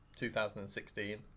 2016